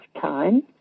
time